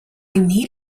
need